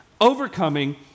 overcoming